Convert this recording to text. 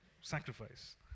Sacrifice